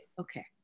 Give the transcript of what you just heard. Okay